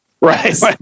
Right